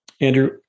Andrew